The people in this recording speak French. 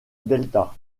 delta